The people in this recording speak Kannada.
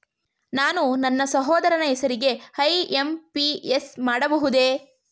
ನಾನು ನನ್ನ ಸಹೋದರನ ಹೆಸರಿಗೆ ಐ.ಎಂ.ಪಿ.ಎಸ್ ಮಾಡಬಹುದೇ?